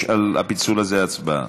יש על הפיצול הזה הצבעה.